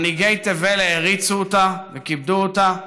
מנהיגי תבל העריצו אותה וכיבדו אותה.